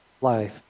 life